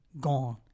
gone